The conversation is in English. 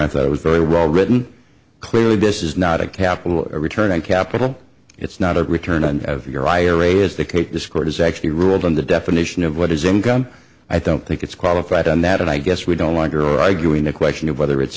i thought it was very well written clearly this is not a capital return on capital it's not a return on your ira is the case this court has actually ruled on the definition of what is income i don't think it's qualified on that and i guess we don't want her arguing the question of whether it's